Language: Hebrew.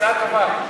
הצעה טובה.